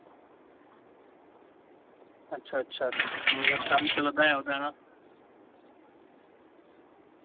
अच्छा अच्छा तां मतलब कम्म चला दा अजें उदा तां